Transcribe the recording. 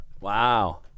Wow